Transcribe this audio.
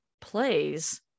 plays